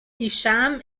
isham